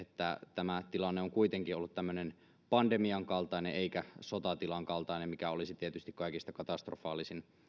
tämä tilanne on kuitenkin ollut tämmöinen pandemian kaltainen eikä sotatilan kaltainen mikä olisi tietysti kaikista katastrofaalisin